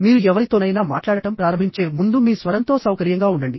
మీరు ఎవరితోనైనా మాట్లాడటం ప్రారంభించే ముందు మీ స్వరంతో సౌకర్యంగా ఉండండి